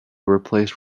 replaced